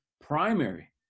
primary